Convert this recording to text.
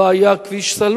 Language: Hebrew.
לא היה אפילו